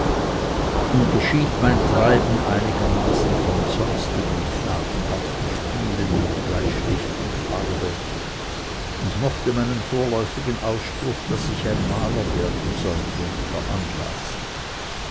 unterschied mein treiben einigermaßen von sonstigen knabenhaften spielen mit bleistift und farbe und mochte meinen vorläufigen ausspruch daß ich ein maler werden wolle veranlassen